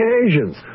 occasions